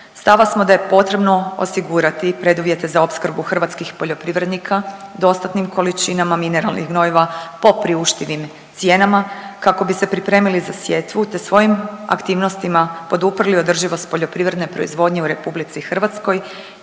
Stava smo da je potrebno osigurati i preduvjete za opskrbu hrvatskih poljoprivrednika dostatnim količinama mineralnih gnojiva po priuštivim cijenama kako bi se pripremili za sjetvu te svojim aktivnostima poduprli održivost poljoprivredne proizvodnje u RH i sigurnost